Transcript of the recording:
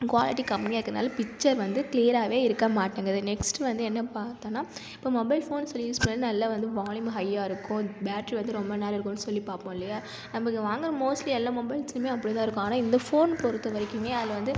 quality கம்மியாக இருக்கனால picture வந்து க்ளியராகவே இருக்க மாட்டேன்குது நெக்ஸ்ட் வந்து என்ன பார்த்தோன்னா இப்போ மொபைல் ஃபோன் யூஸ் பண்ணி நல்லா வந்து வால்யூம் ஹையாக இருக்கும் பேட்டரி வந்து ரொம்ப நேரம் இருக்கும் சொல்லி பார்ப்போம் இல்லையா நம்ப வாங்கற மோஸ்ட்லி எல்லா மொபைல்ஸ்லையுமே அப்படி தான் இருக்கும் ஆனால் இந்த ஃபோன் பொருத்த வரைக்குமே அதில் வந்து